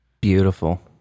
Beautiful